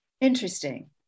Interesting